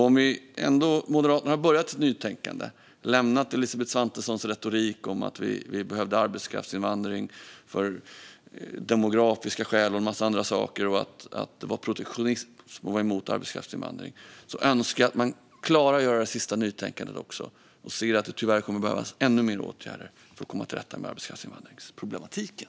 Om Moderaterna ändå har börjat sitt nytänkande och lämnat Elisabeth Svantessons retorik om att vi behöver arbetskraftsinvandring av demografiska skäl och en massa andra saker - samt att det är protektionism att vara emot arbetskraftsinvandring - önskar jag alltså att man klarar den sista biten av nytänkandet och ser att det tyvärr kommer att behövas ännu fler åtgärder för att komma till rätta med arbetskraftsinvandringsproblematiken.